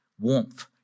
warmth